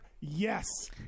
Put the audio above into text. yes